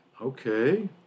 Okay